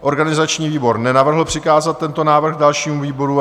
Organizační výbor nenavrhl přikázat tento návrh dalšímu výboru.